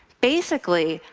basically,